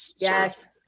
Yes